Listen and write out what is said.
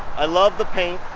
i love the paint.